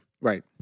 Right